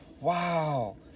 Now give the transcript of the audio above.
Wow